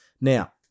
Now